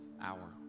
hour